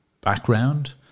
background